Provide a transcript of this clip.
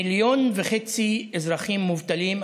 מיליון וחצי אזרחים מובטלים,